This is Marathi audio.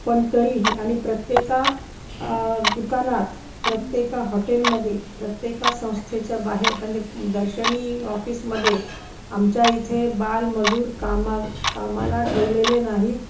पण तरीही आणि प्रत्येक दुकानात प्रत्येक हॉटेलमध्ये प्रत्येका संस्थेच्या बाहेर म्हणजे दर्शनी ऑफिसमध्ये आमच्या इथे बालमजूर कामा कामाला ठेवलेले नाहीत